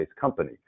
company